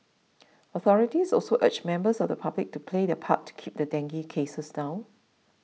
authorities also urged members of the public to play their part to keep dengue cases down